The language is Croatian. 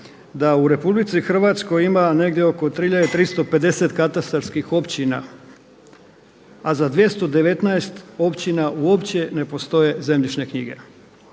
da u RH ima negdje oko 3350 katastarskih općina a za 219 općina uopće ne postoje zemljišne knjige.